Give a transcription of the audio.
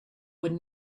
would